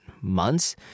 months